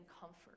comfort